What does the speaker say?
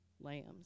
lambs